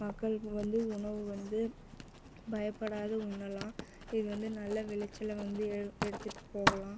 மக்களுக்கு வந்து உணவு வந்து பயப்படாத உண்ணலாம் இது வந்து நல்ல விளைச்சலை வந்து ஏ எடுத்துகிட்டு போகலாம்